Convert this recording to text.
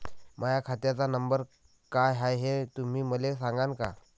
माह्या खात्याचा नंबर काय हाय हे तुम्ही मले सागांन का?